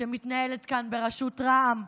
שמתנהלת כאן בראשות רע"מ.